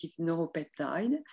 neuropeptide